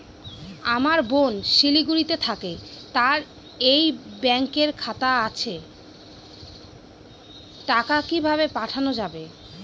আমার বোন শিলিগুড়িতে থাকে তার এই ব্যঙকের খাতা আছে টাকা কি ভাবে পাঠানো যাবে?